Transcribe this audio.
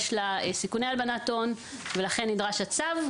יש לה סיכוני הלבנת הון ולכן נדרש הצו.